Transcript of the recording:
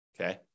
okay